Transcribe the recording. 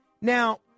Now